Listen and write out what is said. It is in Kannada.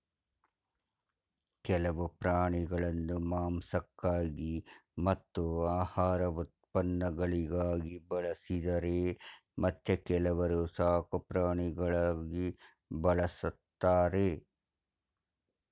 ಕೆಲವು ಪ್ರಾಣಿಗಳನ್ನು ಮಾಂಸಕ್ಕಾಗಿ ಮತ್ತು ಆಹಾರ ಉತ್ಪನ್ನಗಳಿಗಾಗಿ ಬಳಸಿದರೆ ಮತ್ತೆ ಕೆಲವನ್ನು ಸಾಕುಪ್ರಾಣಿಗಳಾಗಿ ಬಳ್ಸತ್ತರೆ